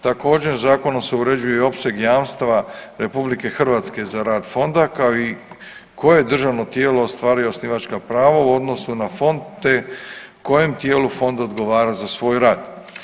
Također zakonom se uređuje i opseg jamstva RH za rad fonda kao i koje državno tijelo ostvaruje osnivačka prava u odnosu na fond te kojem tijelu fond odgovara za svoj rad.